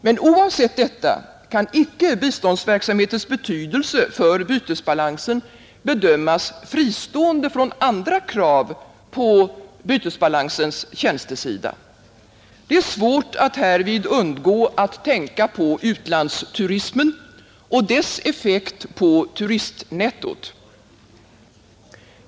Men oavsett detta kan icke biståndsverksamhetens betydelse för bytesbalansen bedömas fristående från andra krav på dess tjänstesida. Det är svårt att härvid undgå att tänka på utlandsturismen och dess effekt på turistnettot.